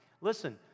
Listen